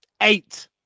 Eight